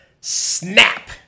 snap